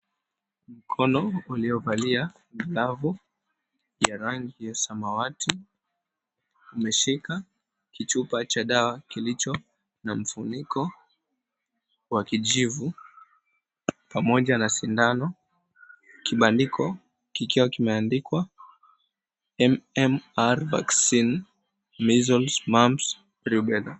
Mkono uliovalia glavu ya rangi ya samawati umeshika kichupa cha dawa kilicho na mfuniko wa kijivu pamoja na sindano, kibandiko kikiwa kimeandikwa, MMR Vaccine, Measles, Mumps, Rubella.